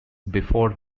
before